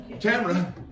Camera